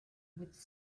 with